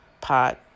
pot